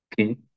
okay